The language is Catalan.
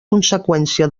conseqüència